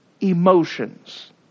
emotions